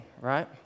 right